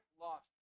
lost